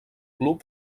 club